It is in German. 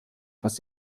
was